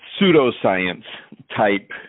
pseudoscience-type